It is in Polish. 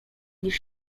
niż